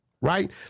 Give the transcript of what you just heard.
right